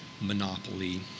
monopoly